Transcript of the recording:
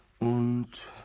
und